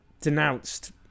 denounced